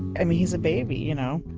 i mean he's a baby, you know,